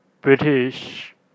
British